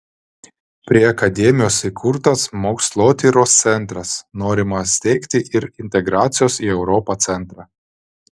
prie akademijos įkurtas mokslotyros centras norima steigti ir integracijos į europą centrą